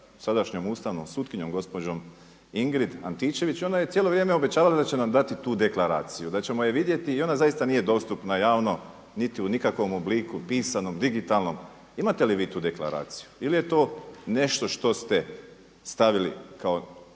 sadašnjom ustavnom sutkinjom gospođom Ingrid Antičević. Ona je cijelo vrijeme obećavala da će nam dati tu deklaraciju, da ćemo je vidjeti i ona zaista nije dostupna. Ja ono niti je u ikakvom obliku pisanom, digitalnom. Imate li vi tu deklaraciju ili je to nešto što ste stavili kao